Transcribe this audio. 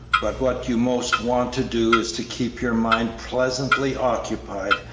but what you most want to do is to keep your mind pleasantly occupied,